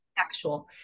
actual